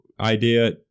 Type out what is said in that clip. idea